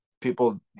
people